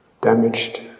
damaged